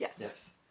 Yes